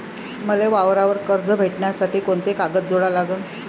मले वावरावर कर्ज भेटासाठी कोंते कागद जोडा लागन?